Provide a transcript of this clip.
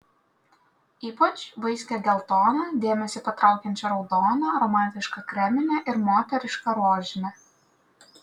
ypač vaiskią geltoną dėmesį patraukiančią raudoną romantišką kreminę ir moterišką rožinę